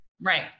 Right